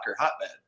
hotbed